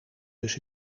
dus